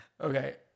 Okay